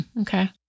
Okay